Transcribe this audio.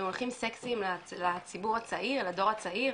במונחים סקסיים לדור הצעיר.